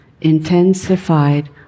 intensified